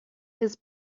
his